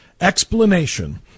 explanation